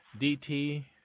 DT